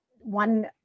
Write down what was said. one